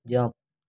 jump